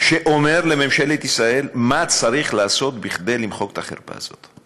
שאומר לממשלת ישראל מה צריך לעשות כדי למחוק את החרפה הזאת.